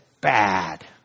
bad